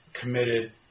committed